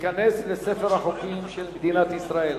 ותיכנס לספר החוקים של מדינת ישראל.